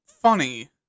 Funny